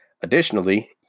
Additionally